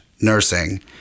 nursing